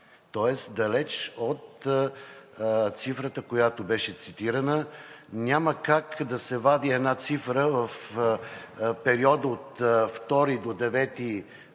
тоест далеч от цифрата, която беше цитирана. Няма как да се вади една цифра в периода от 2 до 9